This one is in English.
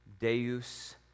Deus